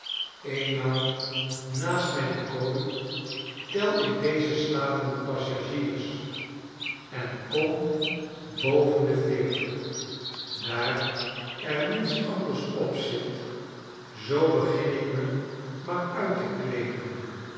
eenmaal naast mijn kooi tel ik deze slapende passagiers en kom boven de veertig washington daar er niets anders op zit zoo begin ik me maar uit te kleeden